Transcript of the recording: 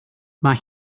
mae